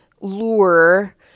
lure